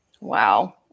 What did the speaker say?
Wow